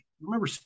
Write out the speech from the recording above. remember